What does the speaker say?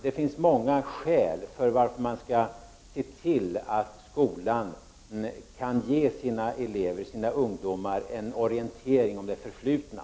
Det finns många skäl för att se till att skolan kan ge sina ungdomar en orientering om det förflutna.